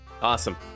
awesome